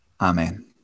Amen